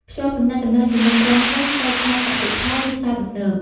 ភ្ជាប់ទំនាក់ទំនងជាមួយក្រុមហ៊ុនកែច្នៃកសិផលឬផ្សារទំនើប។